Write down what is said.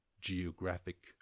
geographic